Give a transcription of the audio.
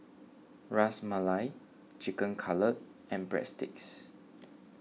Ras Malai Chicken Cutlet and Breadsticks